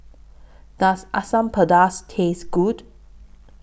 Does Asam Pedas Taste Good